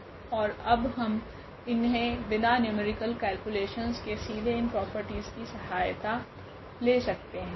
ओर अब हम इन्हे बिना न्यूमेरिकल केल्कुलेशनस के सीधे इन प्रॉपर्टीस की सहायता ले सकते है